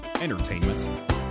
entertainment